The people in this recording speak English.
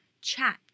chat